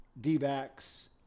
D-backs